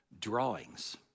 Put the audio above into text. drawings